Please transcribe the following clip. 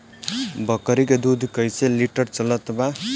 बकरी के दूध कइसे लिटर चलत बा?